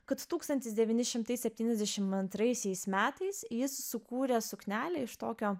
kad tūkstantis devyni šimtai septyniasdešim antraisiais metais jis sukūrė suknelę iš tokio